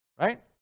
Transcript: Right